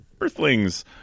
Earthlings